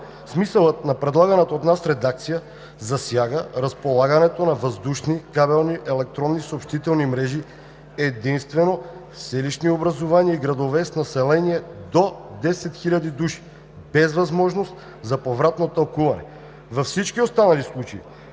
Смисълът на предлаганата от нас редакция засяга разполагането на въздушни кабелни електронни съобщителни мрежи единствено в селищни образувания и градове с население до 10 хиляди души, без възможност за повратно тълкуване. Във всички останали случаи